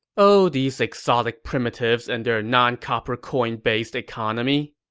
oh these exotic primitives and their non-copper-coin-based economy.